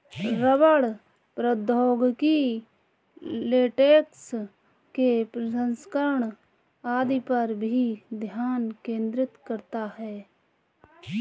रबड़ प्रौद्योगिकी लेटेक्स के प्रसंस्करण आदि पर भी ध्यान केंद्रित करता है